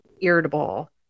irritable